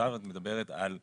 עכשיו את מדברת על האיזוק,